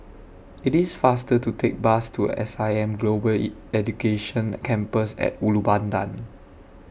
IT IS faster to Take Bus to S I M Global Education Campus At Ulu Pandan